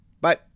Bye